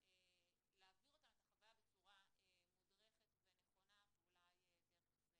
את החוויה בצורה מודרכת ונכונה ואולי דרך זה